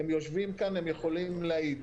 הם יושבים פה, ויכולים להעיד.